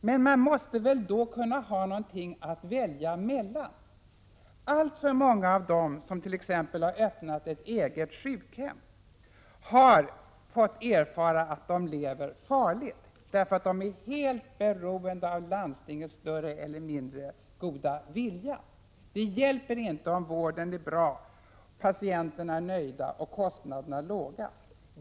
Men man måste ju då ha något att välja mellan. Alltför många av dem som t.ex. har öppnat egna sjukhem har fått erfara att de lever farligt. De är helt beroende av landstingens större eller mindre goda vilja. Det hjälper inte att vården är bra, patienterna nöjda och kostnaderna låga.